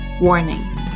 Warning